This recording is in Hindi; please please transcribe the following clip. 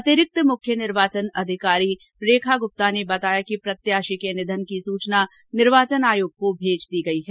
अतिरिक्त मुख्य निर्वाचन अधिकारी रेखा गुप्ता ने बताया कि प्रत्याशी के निधन की सूचना निर्वाचन आयोग को भेज दी गयी है